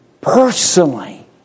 Personally